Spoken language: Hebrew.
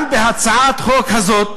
גם בהצעת החוק הזאת